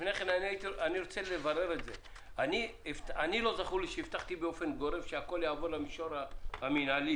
לא זכור לי שהבטחתי באופן גורף שהכל יעבור למישור המינהלי.